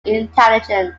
intelligence